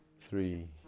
three